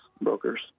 brokers